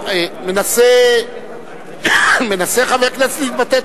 מנסה חבר כנסת להתבטא,